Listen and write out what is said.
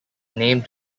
named